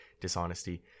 dishonesty